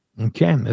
okay